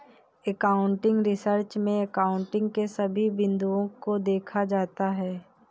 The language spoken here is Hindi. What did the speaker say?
एकाउंटिंग रिसर्च में एकाउंटिंग के सभी बिंदुओं को देखा जाता है